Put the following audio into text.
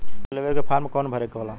Loan लेवे के form कौन भरे के होला?